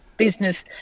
business